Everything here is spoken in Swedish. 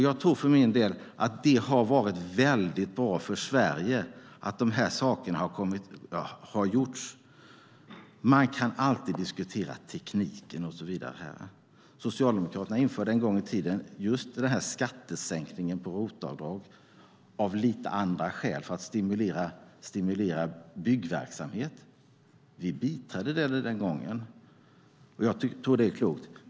Jag tror för min del att det har varit väldigt bra för Sverige att de här sakerna har gjorts. Man kan alltid diskutera tekniken och så vidare. Socialdemokraterna införde en gång i tiden just skattesänkningen på ROT-avdrag av lite andra skäl, för att stimulera byggverksamhet. Vi biträdde det den gången, och jag tror att det var klokt.